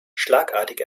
schlagartig